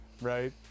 Right